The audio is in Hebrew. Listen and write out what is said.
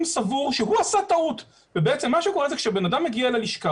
סבור שהוא עשה טעות ובעצם מה שקורה זה כשבן אדם מגיע ללשכה,